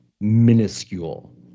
minuscule